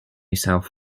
south